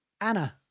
Anna